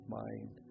mind